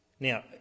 Now